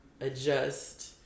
adjust